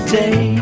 day